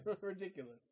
Ridiculous